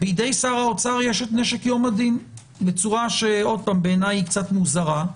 בידי שר האוצר יש נשק יום הדין בצורה שבעיניי היא קצת מוזרה.